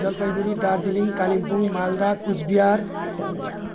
Jalpaiguri Darjeeling Kalimpong Malda Cooch Behar